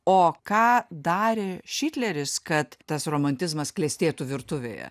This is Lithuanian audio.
o ką darė šitleris kad tas romantizmas klestėtų virtuvėje